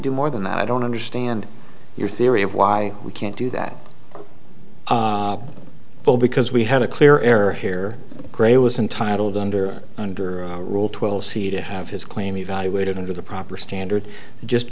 do more than that i don't understand your theory of why we can't do that well because we had a clear error here gray was intitled under under rule twelve see to have his claim evaluated under the proper standard just